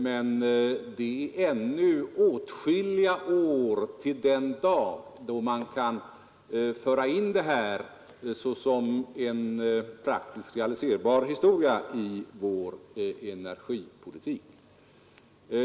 Men det är ännu åtskilliga år till den dag då man kan föra in denna forsknings resultat i form av praktiskt realiserbara projekt i vår energipolitik.